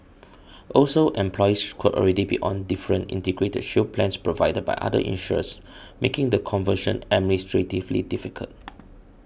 also employees could already be on different Integrated Shield plans provided by other insurers making the conversion administratively difficult